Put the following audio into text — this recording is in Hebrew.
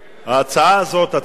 ההצעה לא עברה.